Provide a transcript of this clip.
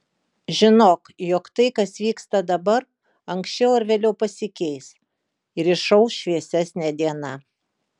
žinok jog tai kas vyksta dabar anksčiau ar vėliau pasikeis ir išauš šviesesnė diena